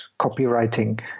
copywriting